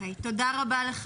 תודה רבה לך.